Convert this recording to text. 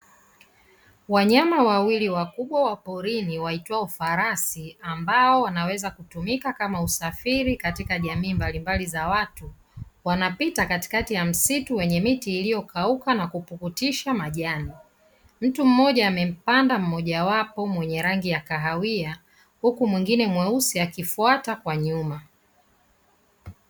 Wanyama wawili wakubwa wa porini waitwao farasi, ambao wanaweza kutumika kama usafiri katika jamii mbalimbali za watu, wanapita katikati ya msitu wenye miti iliyokauka na kupukutisha majani. Mtu mmoja amempanda mmojawapo mwenye rangi ya kahawia huku mwingine mweusi akifuata kwa nyuma.